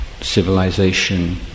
civilization